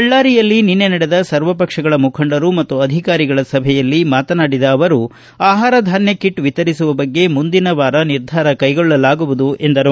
ಬಳ್ಳಾರಿಯಲ್ಲಿ ನಿನ್ನೆ ನಡೆದ ಸರ್ವ ಪಕ್ಷಗಳ ಮುಖಂಡರು ಮತ್ತು ಅಧಿಕಾರಿಗಳ ಸಭೆಯಲ್ಲಿ ಮಾತನಾಡಿದ ಅವರು ಆಹಾರ ಧಾನ್ಯ ಕಿಟ್ ವಿತರಿಸುವ ಬಗ್ಗೆ ಮುಂದಿನ ವಾರ ನಿರ್ಧಾರ ಕೈಗೊಳ್ಳಲಾಗುವುದು ಎಂದರು